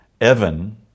Evan